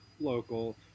local